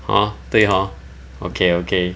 hor 对 hor okay okay